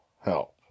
help